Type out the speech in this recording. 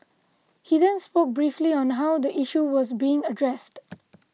he then spoke briefly on how the issue was being addressed